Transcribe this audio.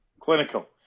Clinical